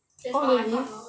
oh really